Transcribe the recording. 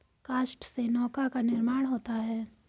काष्ठ से नौका का निर्माण होता है